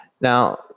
Now